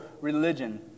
religion